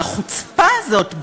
החוצפה הזאת,